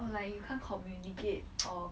or like you can't communicate or